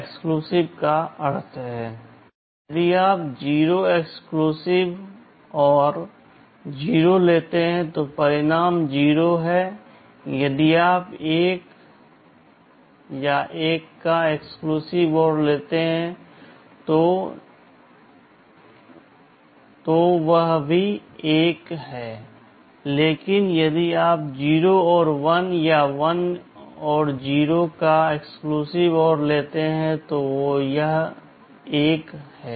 equality का अर्थ है एक्सक्लूसिव यदि आप 0 एक्सक्लूसिव OR 0 लेते हैं परिणाम 0 है यदि आप 1 या 1 का एक्सक्लूसिव OR लेते हैं तो वह भी 1 है लेकिन यदि आप 0 और 1 या 1 या 0 का एक्सक्लूसिव OR लेते हैं तो यह 1 है